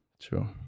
true